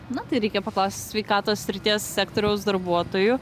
na tai reikia paklaust sveikatos srities sektoriaus darbuotojų